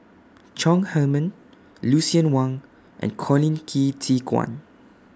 Chong Heman Lucien Wang and Colin Qi Zhe Quan